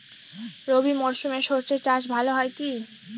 রবি মরশুমে সর্ষে চাস ভালো হয় কি?